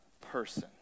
person